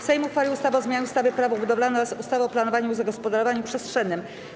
Sejm uchwalił ustawę o zmianie ustawy - Prawo budowlane oraz ustawy o planowaniu i zagospodarowaniu przestrzennym.